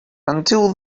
until